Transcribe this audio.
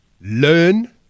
learn